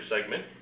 segment